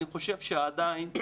אני חושב שעדיין לא